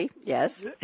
Yes